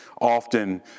often